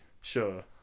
Sure